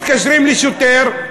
מתקשרים לשוטר,